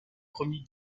premier